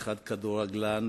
ואחד אומר כדורגלן,